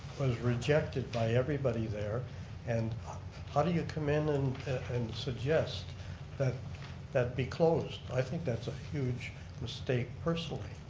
was rejected by everybody there and how do you come in and and suggest that that be closed? i think that's a huge mistake personally.